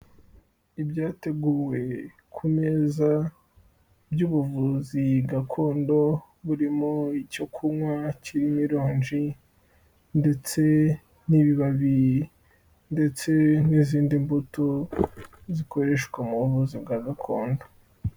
Ibyateguwe ku meza by'ubuvuzi gakondo burimo icyo kunywa cy'imiro ironji, ndetse n'ibibabi, ndetse n'izindi mbuto zikoreshwa mu buvuzi bwa gakondo.